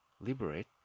liberate